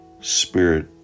spirit